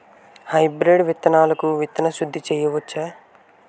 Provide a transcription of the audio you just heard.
Hybrid విత్తనాలకు విత్తన శుద్ది చేయవచ్చ?